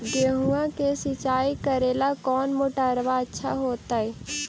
गेहुआ के सिंचाई करेला कौन मोटरबा अच्छा होतई?